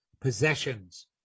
possessions